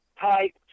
type